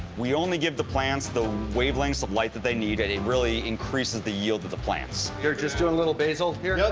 we only give the plants the wavelengths of light that they need. it it really increases the yield of the plants. you're just doing little basil here? yep.